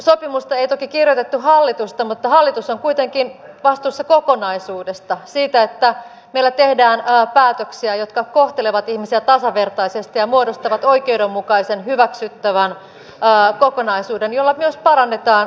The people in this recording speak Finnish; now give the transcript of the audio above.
yhteiskuntasopimusta ei toki kirjoittanut hallitus mutta hallitus on kuitenkin vastuussa kokonaisuudesta siitä että meillä tehdään päätöksiä jotka kohtelevat ihmisiä tasavertaisesti ja muodostavat oikeudenmukaisen hyväksyttävän kokonaisuuden jolla myös parannetaan tasa arvoa